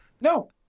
No